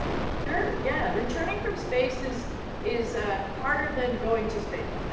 sure, yeah. returning from spaces is ah harder than going to space. ah